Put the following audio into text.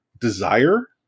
desire